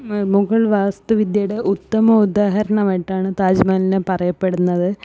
മുഗൾ വാസ്തു വിദ്യയുടെ ഉത്തമ ഉദാഹരണമായിട്ടാണ് താജ്മഹലിനെ പറയപ്പെടുന്നത്